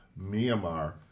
Myanmar